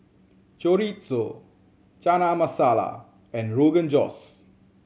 Chorizo Chana Masala and Rogan Josh